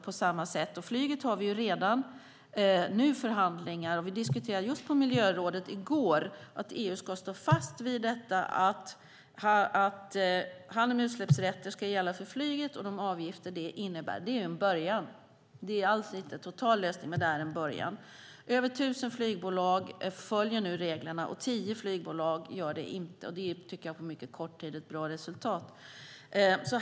När det gäller flyget har vi redan nu förhandlingar, och vi diskuterade på miljörådet i går att EU ska stå fast vid att handel med utsläppsrätter ska gälla för flyget samt de avgifter det innebär. Det är en början. Det är alls inte en total lösning, men det är en början. Över tusen flygbolag följer nu reglerna, och tio flygbolag gör det inte. Det tycker jag är ett bra resultat på mycket kort tid.